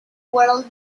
world